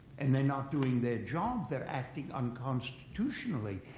and they're not doing their job. they're acting unconstitutionally.